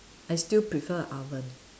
I still prefer oven